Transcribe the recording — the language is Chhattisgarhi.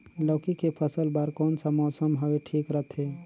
लौकी के फसल बार कोन सा मौसम हवे ठीक रथे?